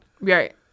Right